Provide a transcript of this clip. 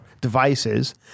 devices